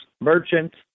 merchants